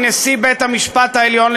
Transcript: נצא מקהילת העמים.